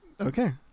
okay